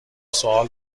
سوال